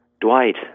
Dwight